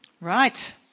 Right